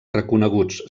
reconeguts